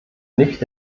nicht